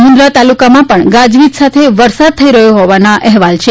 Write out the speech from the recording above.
મુંદ્રા તાલુકામાં પણ ગાજવીજ સાથે વરસાદ થઈ રહ્યો હોવાનો અહેવાલ છે